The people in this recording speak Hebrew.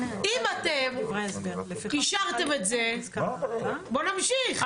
אם אתם אישרתם את זה, בואו נמשיך.